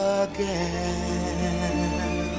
again